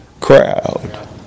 crowd